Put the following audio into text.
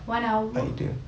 one hour